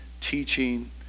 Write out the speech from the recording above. teaching